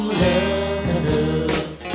love